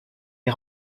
est